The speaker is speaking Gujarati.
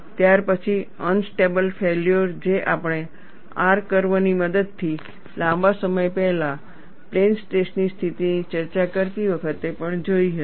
ત્યારપછી અનસ્ટેબલ ફેલ્યોર જે આપણે R કર્વ ની મદદથી લાંબા સમય પહેલા પ્લેન સ્ટ્રેસની સ્થિતિની ચર્ચા કરતી વખતે પણ જોઈ હતી